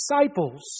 disciples